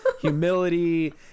humility